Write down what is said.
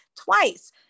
twice